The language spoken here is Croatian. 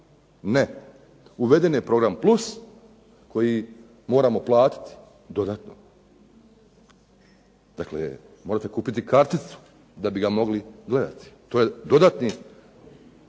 Ne, uveden je program+ koji moramo platiti dodatno. Dakle, morate kupiti karticu da bi ga mogli gledati. To je dodatni